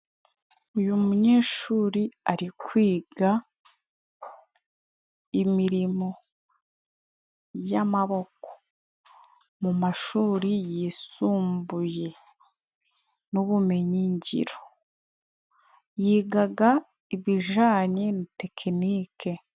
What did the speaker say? Uyu munyeshuri ari kwiga imirimo y'amaboko mu mashuri yisumbuye n'ubumenyigiro. Yigaga ibijanye na tekinike.